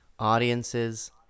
Audiences